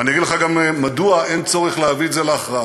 ואני אגיד לך גם מדוע אין צורך להביא את זה להכרעה.